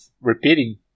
repeating